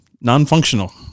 non-functional